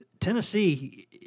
Tennessee